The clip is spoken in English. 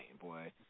boy